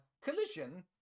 Collision